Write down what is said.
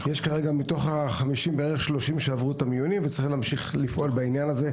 כרגע התקבלו 30 מתוך 98 שהתמודדו וצריך להמשיך לפעול בעניין הזה.